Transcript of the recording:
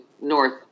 north